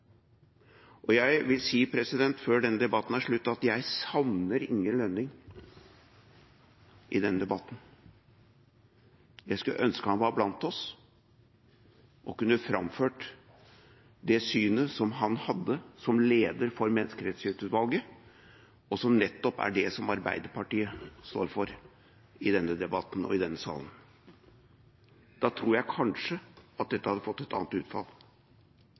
vil før denne debatten er slutt, si at jeg savner Inge Lønning i denne debatten. Jeg skulle ønske han var blant oss og kunne framført det synet som han hadde som leder for Menneskerettighetsutvalget, og som nettopp er det som Arbeiderpartiet står for i denne debatten og i denne salen. Da tror jeg kanskje at dette hadde fått et annet utfall,